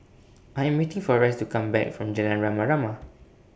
I Am waiting For Rice to Come Back from Jalan Rama Rama